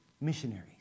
missionaries